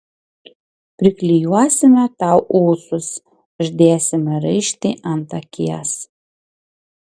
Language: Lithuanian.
priklijuosime tau ūsus uždėsime raištį ant akies